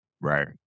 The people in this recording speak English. Right